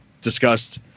discussed